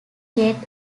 get